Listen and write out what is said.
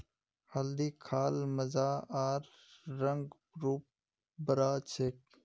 हल्दी खा ल मजा आर रंग रूप बढ़ा छेक